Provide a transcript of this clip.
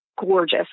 gorgeous